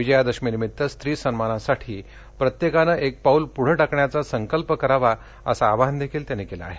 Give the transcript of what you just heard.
विजयादशमीनिमित्त स्त्री सन्मानासाठी प्रत्येकानं एक पाऊल पुढे टाकण्याचा संकल्प करावा असं आवाहनही त्यांनी केलं आहे